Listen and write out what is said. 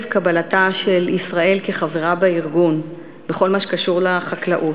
קבלתה של ישראל כחברה בארגון בכל מה שקשור לחקלאות.